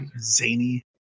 Zany